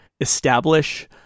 establish